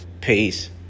Peace